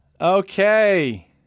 okay